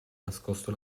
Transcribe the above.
nascosto